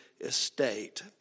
estate